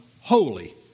holy